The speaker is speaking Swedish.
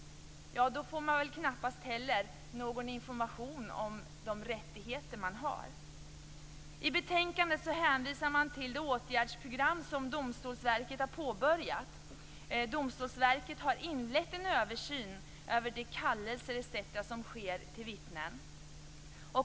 De får knappast heller information om sina rättigheter. I betänkandet hänvisar man till det åtgärdsprogram som Domstolsverket har påbörjat. Domstolsverket har inlett en översyn av de kallelser som sker till vittnen etc.